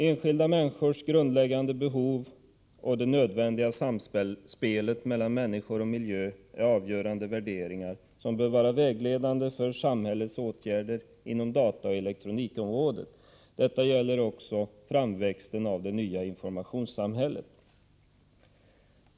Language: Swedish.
Enskilda människors grundläggande behov och det nödvändiga samspelet mellan människor och miljö är avgörande värderingar som bör vara vägledande för samhällets åtgärder inom dataoch elektronikområdet. Detta gäller också framväxten av det nya informationssamhället.